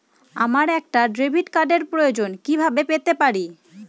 আমার একটা ডেবিট কার্ডের প্রয়োজন কিভাবে পেতে পারি?